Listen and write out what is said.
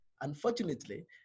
unfortunately